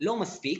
לא מספיק,